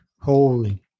Holy